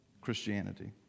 Christianity